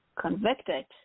convicted